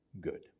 good